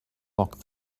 locked